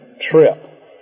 trip